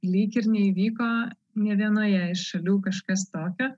lyg ir neįvyko nė vienoje iš šalių kažkas tokio